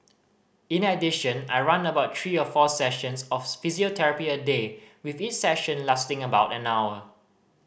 in addition I run about three or four sessions of physiotherapy a day with each session lasting about an hour